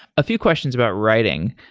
a few questions about writing.